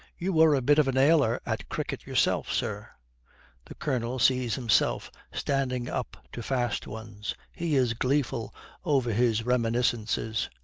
you were a bit of a nailer at cricket yourself, sir the colonel sees himself standing up to fast ones. he is gleeful over his reminiscences.